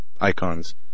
icons